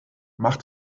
mach